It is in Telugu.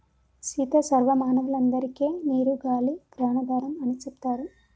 సీత సర్వ మానవులందరికే నీరు గాలి ప్రాణాధారం అని సెప్తారు